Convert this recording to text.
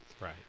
right